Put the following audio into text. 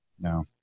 No